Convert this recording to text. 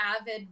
avid